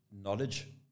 knowledge